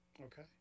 Okay